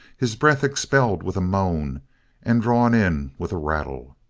his breath expelled with a moan and drawn in with a rattle.